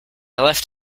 left